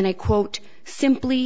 and i quote simply